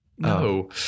no